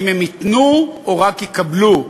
האם הם ייתנו או רק יקבלו?